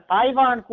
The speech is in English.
Taiwan